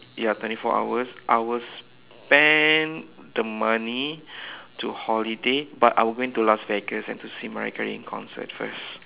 ya twenty four hours I will spend the money to holiday but I will go into Las-Vegas and to see my Mariah-Carey in concert first